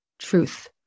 truth